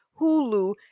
Hulu